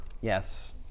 Yes